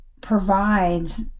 provides